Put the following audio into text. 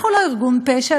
אנחנו לא ארגון פשע,